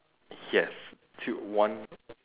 yes two one